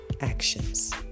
actions